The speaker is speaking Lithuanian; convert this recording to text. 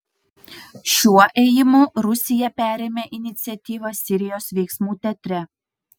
šiuo ėjimu rusija perėmė iniciatyvą sirijos veiksmų teatre